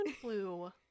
flu